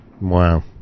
Wow